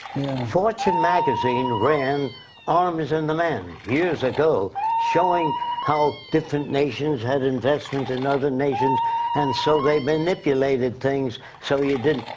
fortune magazine ran arms and the men, years ago showing how different nations had investments in other nations and so they manipulated things so you didn't.